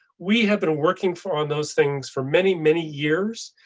we have been working for on those things for many many years.